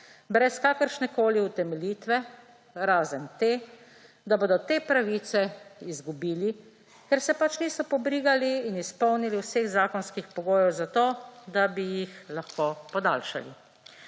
brez kakršnekoli utemeljitve, razen te, da bodo te pravice izgubili, ker se pač niso pobrigali in izpolnili vseh zakonskih pogojev za to, da bi jih lahko podaljšali.